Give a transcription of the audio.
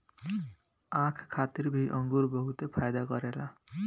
आँख खातिर भी अंगूर बहुते फायदा करेला